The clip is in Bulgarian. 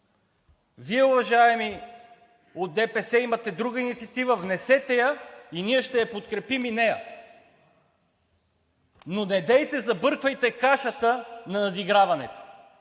Вие, уважаеми от ДПС, имате друга инициатива. Внесете я и ние ще я подкрепим, но недейте забърквайте кашата на надиграването!